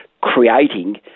creating